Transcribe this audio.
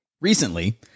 Recently